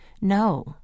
no